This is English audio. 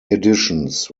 editions